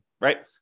right